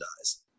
dies